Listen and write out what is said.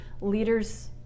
leaders